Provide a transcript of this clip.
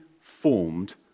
formed